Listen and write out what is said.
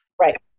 Right